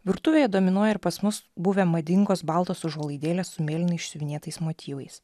virtuvėje dominuoja ir pas mus buvę madingos baltos užuolaidėlės su mėlynai išsiuvinėtais motyvais